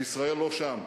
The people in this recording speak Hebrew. וישראל לא שם.